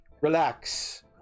relax